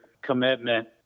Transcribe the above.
commitment